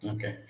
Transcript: Okay